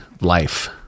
life